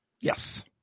Yes